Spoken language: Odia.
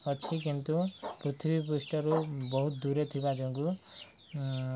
ଅଛି କିନ୍ତୁ ପୃଥିବୀ ପୃଷ୍ଠରୁ ବହୁତ ଦୂରେ ଥିବା ଯୋଗୁଁ